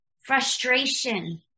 Frustration